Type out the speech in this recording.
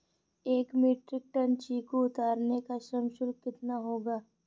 एक metric ton चीकू उतारने का श्रम शुल्क कितना होगा?